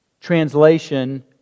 translation